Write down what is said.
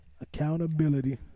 Accountability